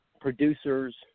producers